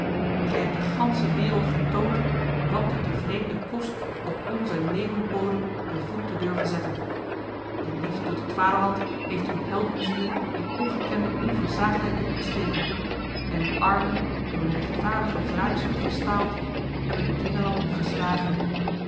gij hebt de ganse wereld getoond wat het de vreemde kost op onze leeuwenbodem de voet te durven zetten de liefde tot het vaderland heeft uw heldenzielen in ongekende onversaagdheid doen ontsteken en uw armen door een rechtvaardige wraakzucht verstaald hebben de dwingelanden verslagen